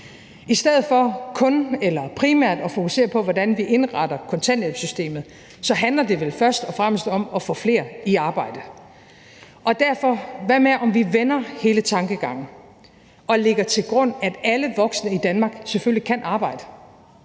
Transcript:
I stedet for kun eller primært at fokusere på, hvordan vi indretter kontanthjælpssystemet, handler det vel først og fremmest om at få flere i arbejde. Og derfor: Hvad med, om vi vender hele tankegangen og lægger til grund, at alle voksne i Danmark selvfølgelig kan arbejde?